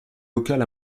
local